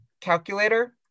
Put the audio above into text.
calculator